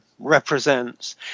represents